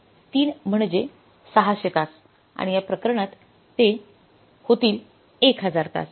तर 3 म्हणजे 600 तास आणि या प्रकरणात ते किती होणार आहे 1000 तास